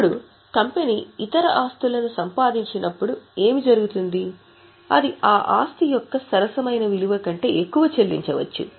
ఇప్పుడు కంపెనీ ఇతర ఆస్తులను సంపాదించినప్పుడు ఏమి జరుగుతుంది అది ఆ ఆస్తి యొక్క సరసమైన విలువ కంటే ఎక్కువ చెల్లించవచ్చు